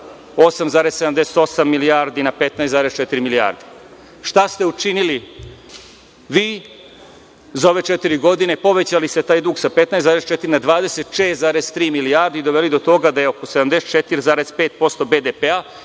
8,78 milijardi na 15,4 milijarde. Šta ste učinili vi za ove četiri godine? Povećali ste taj dug sa 15,4 na 26,3 milijardi i doveli do toga da je oko 74,5% BDP-a,